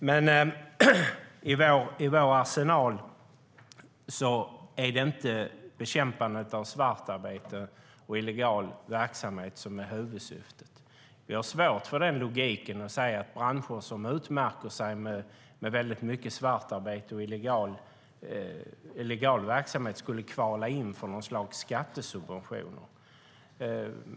Men när vi använder vår arsenal är det inte bekämpandet av svartarbete och illegal verksamhet som är huvudsyftet. Vi har svårt för idén att branscher som utmärker sig genom en stor omfattning av svartarbete och illegal verksamhet skulle kvala in för något slags skattesubventioner.